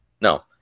No